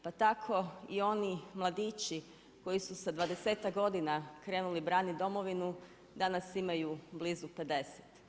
Pa tako i oni mladići koji su sa 20-tak godina krenuli braniti domovinu, danas imaju blizu 50.